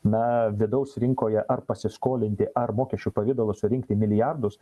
na vidaus rinkoje ar pasiskolinti ar mokesčių pavidalu surinkti milijardus